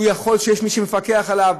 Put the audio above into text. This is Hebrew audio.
שיש מי שמפקח עליו,